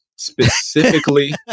Specifically